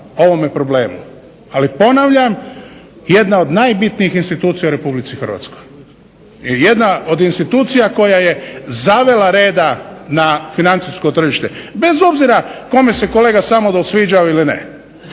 ovome problemu. Ali ponavljam, jedna od najbitnijih institucija u Republici Hrvatskoj i jedna od institucija koja je zavela reda na financijsko tržište, bez obzira kome se kolega Samodol sviđao ili ne.